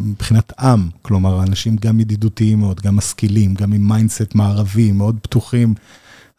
מבחינת עם, כלומר אנשים גם ידידותיים מאוד, גם משכילים, גם עם מיינדסט מערבי, מאוד פתוחים.